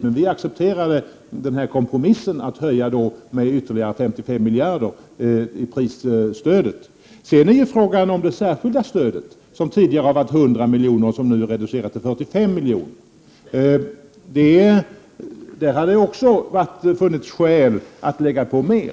men vi accepterar kompromissen att höja prisstödet med ytterligare 55 milj.kr. Sedan är frågan om det inte när det gäller det särskilda stödet, som tidigare har varit 100 miljoner och nu är reducerat till 45 miljoner, hade funnits skäl att lägga på mer.